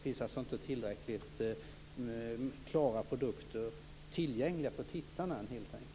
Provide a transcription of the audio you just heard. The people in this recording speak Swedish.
Det finns inte tillräckligt klara produkter tillgängliga för tittarna helt enkelt.